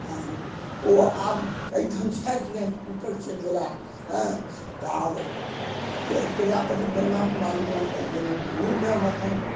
आर ओ आब एहिठाम छथि नहि ऊपर चलि गेला हँ तऽ आब फेर प्रजापति ब्रह्मा कुमारीमे हम बनि गेलहुँ ओहोमे हम एखन